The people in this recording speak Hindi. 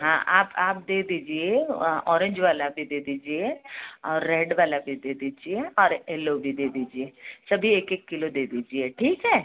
हाँ आप आप दे दीजिए यह ऑरेंज वाला भी दे दीजिए और रेड वाला भी दे दीजिए और येलो भी दे दीजिए सभी एक एक किलो दे दीजिए ठीक है